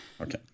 Okay